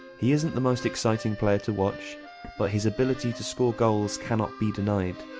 he isn't the most exciting player to watch but his ability to score goals cannot be denied,